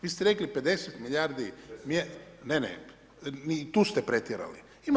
Vi ste rekli 50 milijardi … [[Upadica se ne razumije.]] ne, ne tu ste pretjerali.